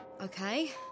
Okay